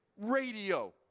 radio